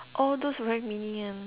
oh those very mini one